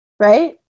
Right